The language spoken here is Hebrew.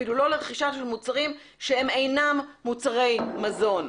אפילו לא לרכישה של מוצרים שהם אינם מוצרי מזון.